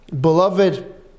beloved